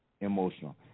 emotional